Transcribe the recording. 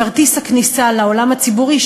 כרטיס הכניסה לעולם הציבורי,